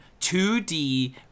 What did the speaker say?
2D